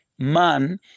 Man